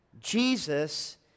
Jesus